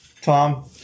Tom